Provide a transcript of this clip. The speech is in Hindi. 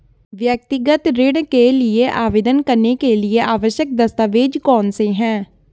व्यक्तिगत ऋण के लिए आवेदन करने के लिए आवश्यक दस्तावेज़ कौनसे हैं?